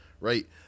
right